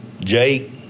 Jake